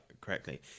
correctly